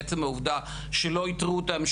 לעצם העובדה שלא איתרו אותם,